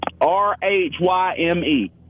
R-H-Y-M-E